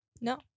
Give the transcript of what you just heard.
No